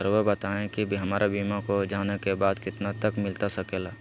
रहुआ बताइए कि हमारा बीमा हो जाने के बाद कितना तक मिलता सके ला?